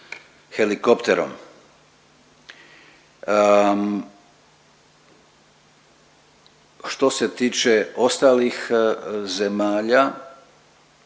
helikopterom. Što se tiče ostalih zemalja